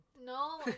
No